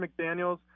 McDaniels